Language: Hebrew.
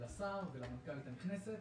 לשר ולמנכ"לית הנכנסת.